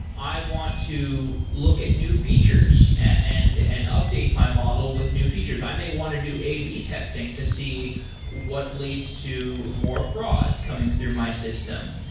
i want to look at new features and and update my model with new features. i may want to do ab testing to see what leads to more fraud coming through my system.